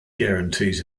guarantees